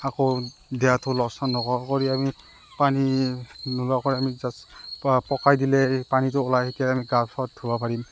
আকৌ দেহাটো লৰচৰ নকৰাকৈ আমি পানী নোলোৱাকৈ আমি জাষ্ট পকাই দিলে পানীটো ওলায় আমি গা পা ধুব পাৰিম